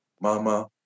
Mama